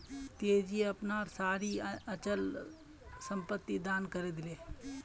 तेजी अपनार सारी अचल संपत्ति दान करे दिले